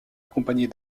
accompagnés